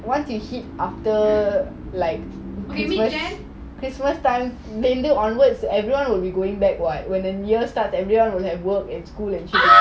ah கைய கடிச்சிட்டே:kaiya kadichita